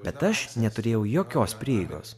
bet aš neturėjau jokios prieigos